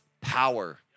power